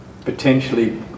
potentially